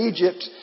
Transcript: Egypt